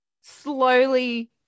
slowly